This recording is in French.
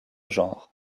genres